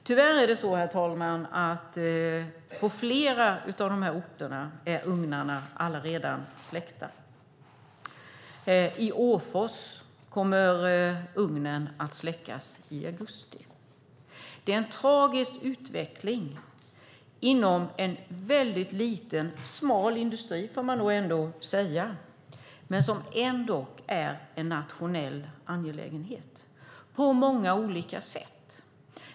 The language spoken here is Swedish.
Tyvärr är det så, herr talman, att ugnarna på flera av dessa orter allaredan är släckta. I Åfors kommer ugnen att släckas i augusti. Det är en tragisk utveckling inom en väldigt liten industri - smal, får man nog ändå säga - som ändock är en nationell angelägenhet på många olika sätt.